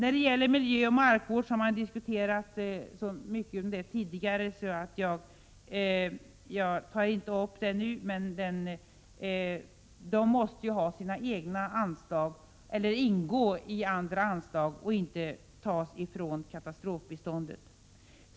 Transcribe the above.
Frågan om miljöoch markvård har tidigare diskuterats här så mycket att jaginte tar upp den nu. Pengar till det ändamålet måste tas från egna anslag, eller också måste medel härtill ingå i andra anslag — inte tas från katastrofbiståndet.